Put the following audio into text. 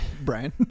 Brian